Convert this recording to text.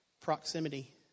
Proximity